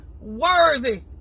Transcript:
worthy